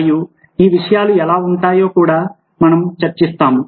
మరియు ఈ విషయాలు ఎలా ఉంటాయో కూడా మనం చర్చిస్తాము